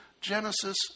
Genesis